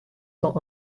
cent